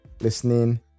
Listening